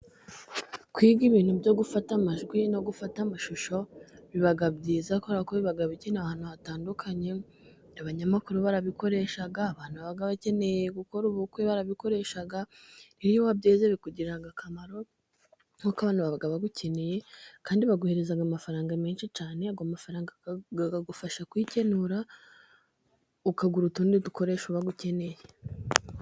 Kwiga ibintu byo gufata amajwi no gufata amashusho biba byiza, kubera ko biba bikenewe ahantu hatandukanye, abanyamakuru barabikoresha, abantu baba bakeneye gukora ubukwe barabikoresha, iyo wa byize bikugirira akamaro, kuko abantu baba bagukeneye, kandi baguhereza amafaranga menshi cyane, ayo mafaranga akagufasha kwikenura, ukagura utundi dukoresho uba ukeneye.